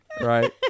Right